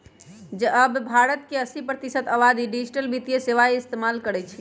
अब भारत के अस्सी प्रतिशत आबादी डिजिटल वित्तीय सेवाएं इस्तेमाल करई छई